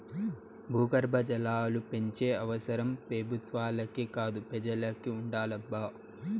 భూగర్భ జలాలు పెంచే అవసరం పెబుత్వాలకే కాదు పెజలకి ఉండాలబ్బా